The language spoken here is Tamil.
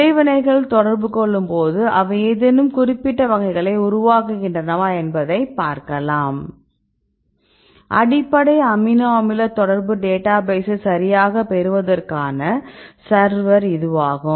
இடைவினைகள் தொடர்பு கொள்ளும்போது அவை ஏதேனும் குறிப்பிட்ட வகைகளை உருவாக்குகின்றனவா என்பதை பார்க்கலாம் அடிப்படை அமினோ அமில தொடர்பு டேட்டாபேசை சரியாகப் பெறுவதற்கான சர்வர் இதுவாகும்